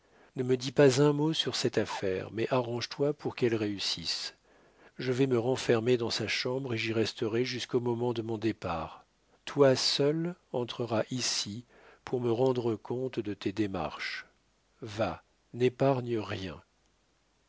ne me dis pas un mot sur cette affaire mais arrange-toi pour qu'elle réussisse je vais me renfermer dans sa chambre et j'y resterai jusqu'au moment de mon départ toi seul entreras ici pour me rendre compte de tes démarches va n'épargne rien